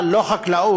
אבל לא חקלאות,